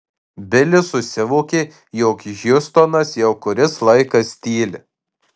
bilis susivokė jog hjustonas jau kuris laikas tyli